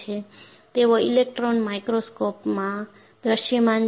તેઓ ઇલેક્ટ્રોન માઇક્રોસ્કોપમાં દૃશ્યમાન છે